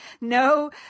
no